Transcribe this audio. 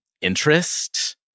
interest